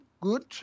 good